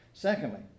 Secondly